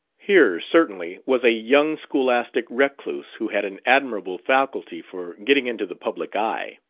here, certainly, was a young scholastic recluse who had an admirable faculty for getting into the public eye.